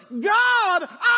God